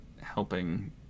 helping